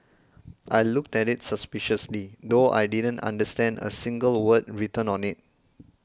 I looked at it suspiciously though I didn't understand a single word written on it